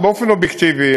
באופן אובייקטיבי,